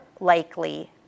likely